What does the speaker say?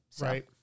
Right